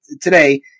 today